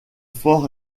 fort